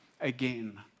again